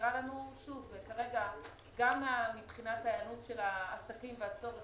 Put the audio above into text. גם מבחינת ההיענות של העסקים והצורך,